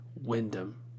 Wyndham